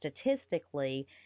statistically